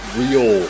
real